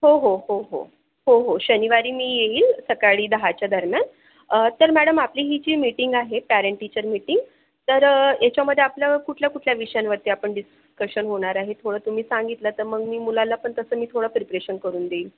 हो हो हो हो हो हो शनिवारी मी येईल सकाळी दहाच्या दरम्यान तर मॅडम आपली ही जी मीटींग आहे पॅरेंट टीचर मीटींग तर याच्यामधे आपलं कुठलं कुठल्या विषयांवरती आपण डिस्कशन होणार आहे थोडं तुम्ही सांगितलं तर मग मी मुलाला पण तसं मी थोडं प्रिपरेशन करून देईल